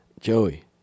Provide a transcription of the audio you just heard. Joey